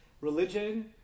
religion